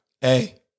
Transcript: Hey